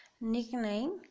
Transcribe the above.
nickname